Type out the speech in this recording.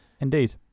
Indeed